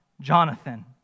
Jonathan